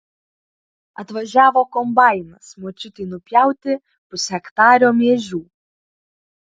atvažiavo kombainas močiutei nupjauti pushektario miežių